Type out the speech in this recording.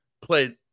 Played